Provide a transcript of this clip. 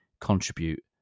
contribute